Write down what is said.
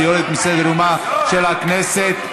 והיא יורדת מסדר-יומה של הכנסת.